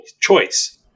choice